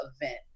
event